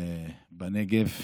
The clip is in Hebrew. בנגב.